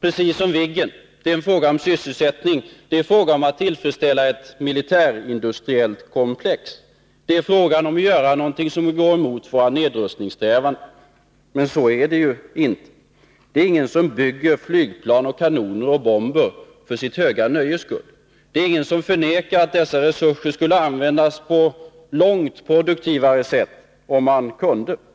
precis som Viggen. Det är fråga om sysselsättning. Det är fråga om att tillfredsställa ett militärindustriellt komplex. Det är fråga om att göra någonting som går emot våra nedrustningssträvanden. Så är det ju inte. Ingen tillverkar flygplan, kanoner och bomber för sitt höga nöjes skull. Ingen förnekar att dessa resurser skulle kunna användas på ett långt mer produktivt sätt.